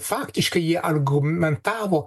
faktiškai jie argumentavo